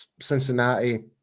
Cincinnati